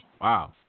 Wow